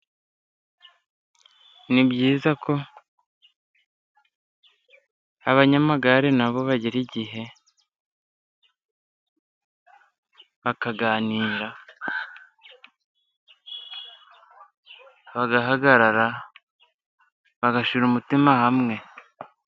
Ni byiza ko abanyamagare nabo bagira igihe bakaganira, bagahagarara, bagashyira umutima hamwe.